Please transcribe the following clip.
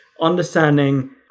understanding